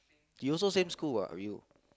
he also same school what with you